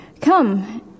Come